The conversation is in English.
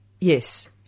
Yes